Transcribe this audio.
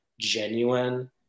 genuine